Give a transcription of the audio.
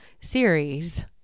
series